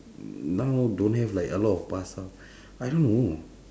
now don't have like a lot of pasar I don't know